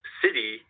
city